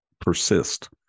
persist